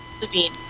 Sabine